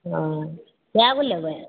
हॅं कए गो लेबै